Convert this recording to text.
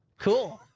cool.